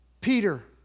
Peter